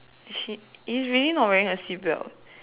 she is really not wearing a seat belt